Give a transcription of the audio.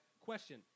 Question